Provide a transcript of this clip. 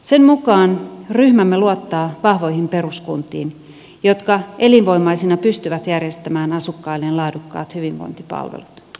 sen mukaan ryhmämme luottaa vahvoihin peruskuntiin jotka elinvoimaisina pystyvät järjestämään asukkailleen laadukkaat hyvinvointipalvelut